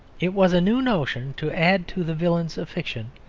it was a new notion to add to the villains of fiction,